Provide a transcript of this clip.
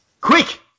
Quick